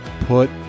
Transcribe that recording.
put